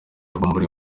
yavumbuye